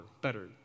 better